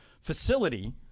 facility